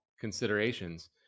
considerations